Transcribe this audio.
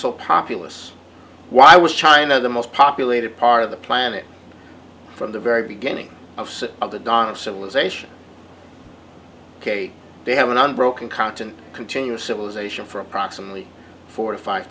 so populous why was china the most populated part of the planet from the very beginning of sort of the dawn of civilization ok they have an unbroken continent continuous civilization for approximately forty five